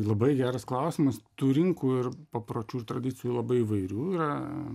labai geras klausimas tų rinkų ir papročių tradicijų labai įvairių yra